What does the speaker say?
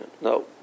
No